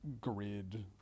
grid